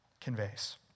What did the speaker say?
conveys